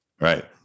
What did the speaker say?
right